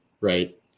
right